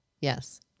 yes